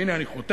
והנה אני חותם.